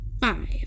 Five